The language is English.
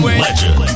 legend